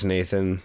Nathan